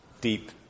deep